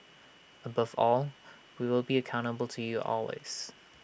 above all we will be accountable to you always